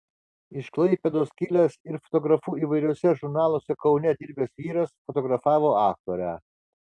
iš klaipėdos kilęs ir fotografu įvairiuose žurnaluose kaune dirbęs vyras fotografavo aktorę